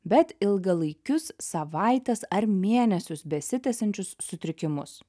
bet ilgalaikius savaites ar mėnesius besitęsiančius sutrikimus